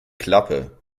klappe